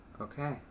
okay